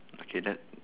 okay that